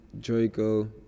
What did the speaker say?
Draco